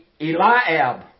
Eliab